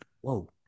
Whoa